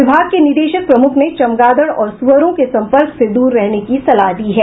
विभाग के निदेशक प्रमुख ने चमगादड़ और सुअरों के संपर्क से दूर रहने की सलाह दी है